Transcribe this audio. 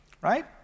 right